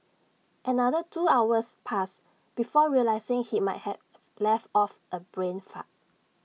another two hours passed before realising he might have let off A brain fart